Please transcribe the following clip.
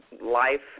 life